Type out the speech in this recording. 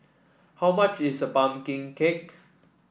how much is pumpkin cake